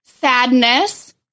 sadness